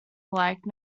alike